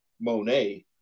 Monet